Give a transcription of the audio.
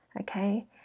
okay